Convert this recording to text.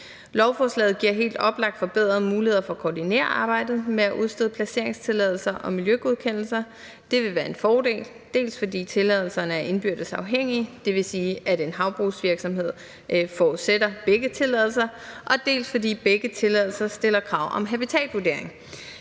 Lovforslaget giver helt oplagt forbedrede muligheder for at koordinere arbejdet med at udstede placeringstilladelser og miljøgodkendelser. Det vil være en fordel, dels fordi tilladelserne er indbyrdes afhængige, det vil sige, at en havbrugsvirksomhed forudsætter begge tilladelser, dels fordi begge tilladelser stiller krav om habitatvurdering.